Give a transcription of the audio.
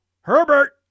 Herbert